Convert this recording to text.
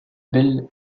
bell